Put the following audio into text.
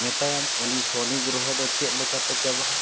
ᱢᱮᱛᱟᱭᱟᱢ ᱩᱱᱤ ᱥᱚᱱᱤ ᱜᱨᱚᱦᱚ ᱫᱚ ᱪᱮᱫ ᱞᱮᱠᱟᱛᱮ ᱪᱟᱵᱟᱜᱼᱟ